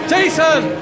Jason